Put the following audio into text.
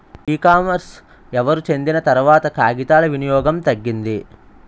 ఈ కామర్స్ ఎవరు చెందిన తర్వాత కాగితాల వినియోగం తగ్గింది